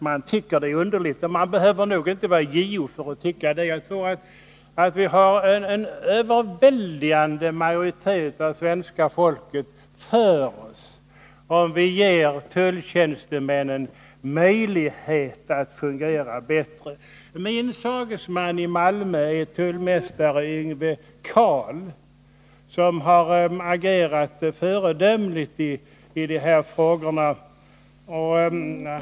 Man behöver nog inte vara JO för att ha den här redovisade uppfattningen. Jag tror att en överväldigande majoritet i svenska folket är för att vi ger tulltjänstemännen möjlighet att fungera bättre. Min sagesman i Malmö är tullmästare Yngve Kahl, som har agerat föredömligt i dessa frågor.